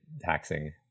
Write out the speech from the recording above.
taxing